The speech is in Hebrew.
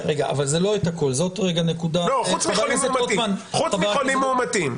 זה לא את הכול --- חוץ מחולים מאומתים.